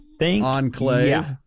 enclave